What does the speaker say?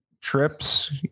trips